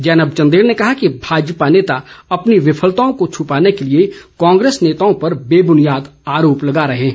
जैनब चंदेल ने कहा कि भाजपा नेता अपनी विफलताओं को छुपाने के लिए कांग्रेस नेताओं पर बेब्रुनियाद आरोप लगा रहे हैं